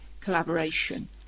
Collaboration